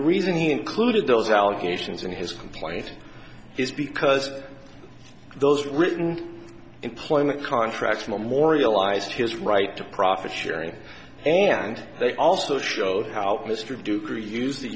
the reason he included those allegations in his complaint is because those written employment contracts memorialized his right to profit sharing and they also showed how mr du pree use the